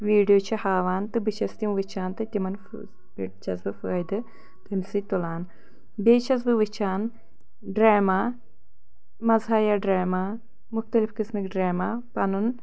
video چھِ ہاوان تہٕ بہٕ چھَس تِم وُچھان تہٕ تِمن پٮ۪ٹھ چھَس بہٕ فٲیدٕ تَمہِ سۭتۍ تُلان بیٚیہِ چھَس بہٕ وُچھان ڈرٛاما مَزاحیا ڈرٛاما مُختٔلِف قٔسمٕکۍ ڈرٛاما پَنُن